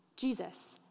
Jesus